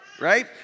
right